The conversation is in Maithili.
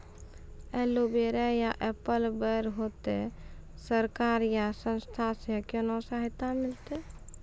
एलोवेरा या एप्पल बैर होते? सरकार या संस्था से कोनो सहायता मिलते?